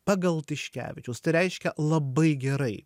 pagal tiškevičius tai reiškia labai gerai